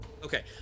Okay